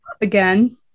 Again